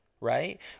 Right